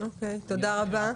אוקיי, תודה רבה.